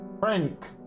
Frank